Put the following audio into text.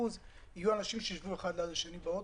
יהיו אנשים שישבו אחד ליד השני באוטובוס.